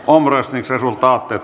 omröstningsresultatet